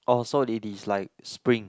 orh so it is like spring